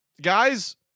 Guys